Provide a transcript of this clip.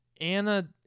Anna